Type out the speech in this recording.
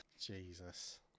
Jesus